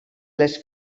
les